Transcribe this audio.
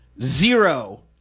zero